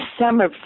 summer